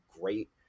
great